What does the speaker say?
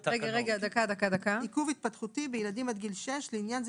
(7) עיכוב התפתחותי - בילדים עד גיל 6; לעניין זה,